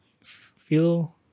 feel